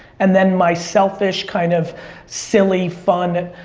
and then, my selfish, kind of silly, fun,